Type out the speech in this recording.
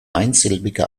einsilbige